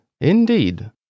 Indeed